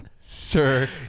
Sir